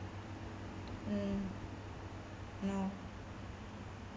mm no